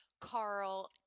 Carl